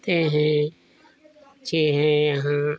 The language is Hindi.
हैं पक्षी हैं यहाँ